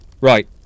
Right